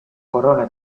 corona